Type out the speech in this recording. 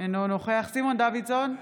אינו נוכח סימון דוידסון,